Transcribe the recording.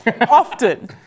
Often